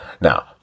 Now